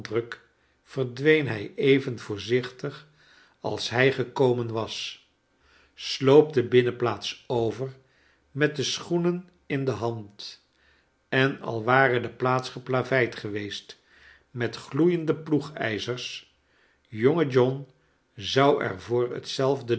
verdween hij even voorzichtig als hij gekomen was sloop de binnenplaats over met de schoenen in de hand en al ware de plaats geplaveid geweest met gloeiende ploegijzers jonge john zou er voor hetzelfde